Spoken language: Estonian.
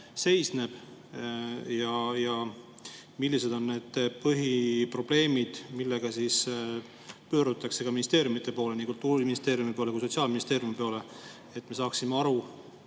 seisneb ja millised on põhiprobleemid, millega pöördutakse ministeeriumide poole, nii Kultuuriministeeriumi poole kui ka Sotsiaalministeeriumi poole, et me saaksime aru,